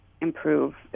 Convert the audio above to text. improve